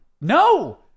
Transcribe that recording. No